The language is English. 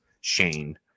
Shane